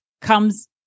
comes